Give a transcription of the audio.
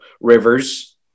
Rivers